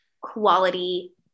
quality